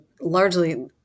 largely